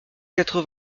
quatre